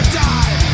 die